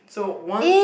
so once